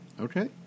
Okay